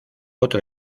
otro